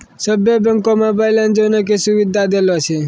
सभे बैंक मे बैलेंस जानै के सुविधा देलो छै